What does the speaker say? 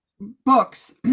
books